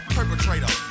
Perpetrator